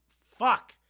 Fuck